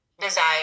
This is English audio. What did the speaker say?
desire